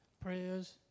prayers